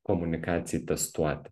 komunikacijai testuoti